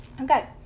Okay